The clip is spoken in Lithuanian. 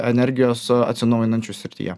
energijos atsinaujinančių srityje